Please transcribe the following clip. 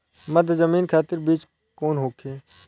मध्य जमीन खातिर बीज कौन होखे?